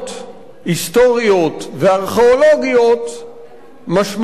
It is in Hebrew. היסטוריות וארכיאולוגיות משמעויות